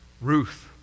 Ruth